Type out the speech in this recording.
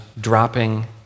dropping